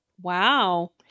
Wow